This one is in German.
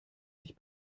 sich